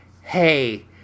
Hey